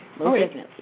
Okay